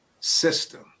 system